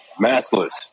maskless